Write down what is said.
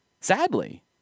Sadly